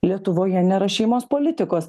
lietuvoje nėra šeimos politikos